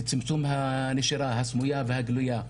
צמצום הנשירה הסמויה והגלויה,